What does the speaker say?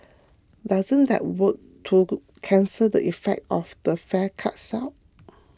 doesn't that work to cancel the effect of the fare cuts out